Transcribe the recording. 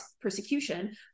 persecution